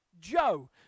Joe